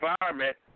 environment